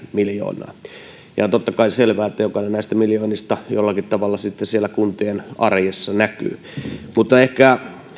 miljoonaa totta kai on selvää että jokainen näistä miljoonista jollakin tavalla sitten siellä kuntien arjessa näkyy ehkä